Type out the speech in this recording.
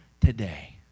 today